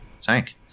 tank